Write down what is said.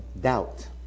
doubt